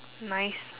nice